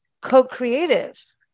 co-creative